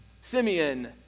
Simeon